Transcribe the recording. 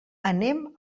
anem